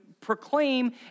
proclaim